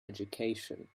education